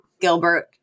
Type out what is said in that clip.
Gilbert